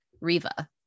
Riva